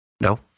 no